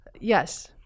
Yes